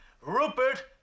Rupert